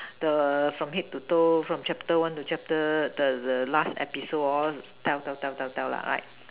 the from head to toe from chapter one to chapter the the last episode tell tell tell right